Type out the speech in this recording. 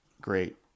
great